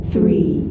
Three